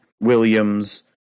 Williams